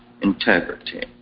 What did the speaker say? integrity